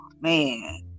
man